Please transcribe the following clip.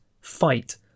Fight